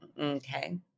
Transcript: Okay